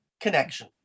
connection